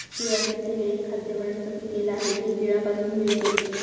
तिळाचे तेल एक खाद्य वनस्पती तेल आहे जे तिळापासून मिळते